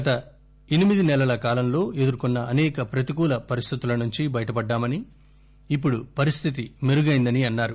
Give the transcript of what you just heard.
గత ఎనిమిది సెలల కాలంలో ఎదుర్కొన్న అసేక ప్రతికూల పరిస్టితులనుంచీ బయటపడ్డామని ఇప్పుడు పరిస్టితి మెరుగయ్యిందని అన్నారు